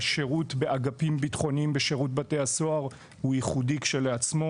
השירות באגפים ביטחוניים בשירות בתי הסוהר הוא ייחודי כשלעצמו.